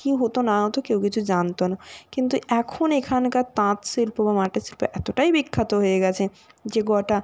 কী হতো না হতো কেউ কিছু জানত না কিন্তু এখন এখানকার তাঁত শিল্প বা মাটি শিল্প এতটাই বিখ্যাত হয়ে গেছে যে গোটা